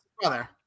brother